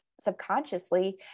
subconsciously